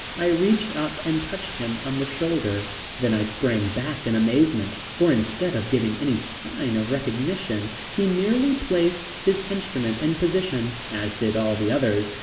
i reached up and touched him on the shoulder. then i sprang back in amazement, for instead of giving any sign of recognition he merely placed his instrument in position, as did all the others,